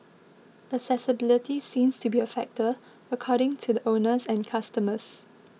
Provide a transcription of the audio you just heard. accessibility seems to be a factor according to the owners and customers